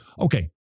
Okay